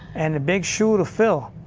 and and big shoes to fill.